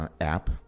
app